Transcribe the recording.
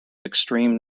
extreme